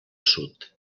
sud